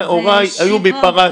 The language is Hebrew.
הוריי היו בפרס.